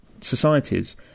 societies